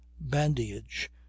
bandage